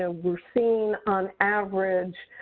ah we are seeing on average